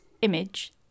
image